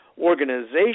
organization